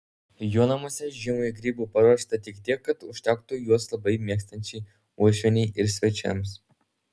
jo namuose žiemai grybų paruošta tik tiek kad užtektų juos labai mėgstančiai uošvienei ir svečiams